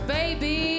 baby